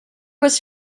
was